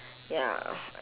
ya